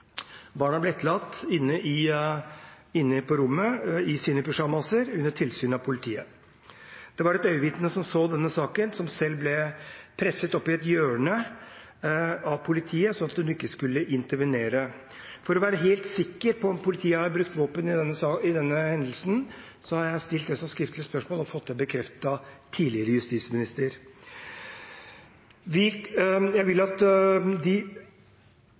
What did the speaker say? Barna ble etterlatt inne på rommet i sine pyjamaser under tilsyn av politiet. Et øyenvitne som så denne hendelsen, ble presset opp i et hjørne av politiet, slik at hun ikke skulle intervenere. For å være helt sikker på om politiet har brukt våpen i denne hendelsen, har jeg stilt det som skriftlig spørsmål og fått det bekreftet av tidligere justisminister. Jeg vil at presidenten, referenten, de